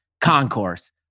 concourse